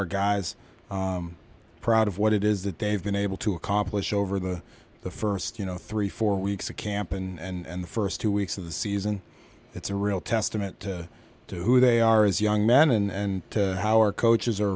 our guys proud of what it is that they've been able to accomplish over the the first you know three four weeks of camp and the first two weeks of the season it's a real testament to who they are as young men and to our coaches are